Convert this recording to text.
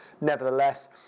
nevertheless